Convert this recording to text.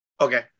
Okay